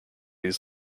his